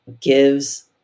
gives